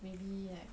maybe like